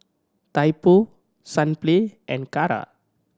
Typo Sunplay and Kara